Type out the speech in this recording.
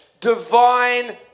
divine